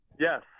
Yes